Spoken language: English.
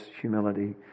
humility